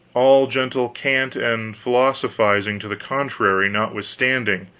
all gentle cant and philosophizing to the contrary notwithstanding,